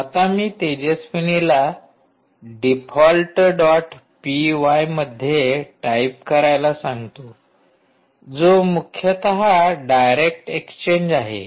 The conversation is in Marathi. आता मी तेजस्विनीला डिफॉल्ट डॉट पी वाय मध्ये टाइप करायला सांगतो जो मुख्यतः डायरेक्ट एक्सचेंज आहे